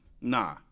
Nah